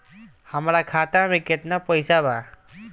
हमरा खाता मे केतना पैसा बा?